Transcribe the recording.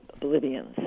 Bolivians